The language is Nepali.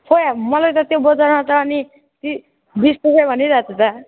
खै मलाई त त्यो बजारमा त अनि ति बिस रुपियाँ भनिराखोको थियो त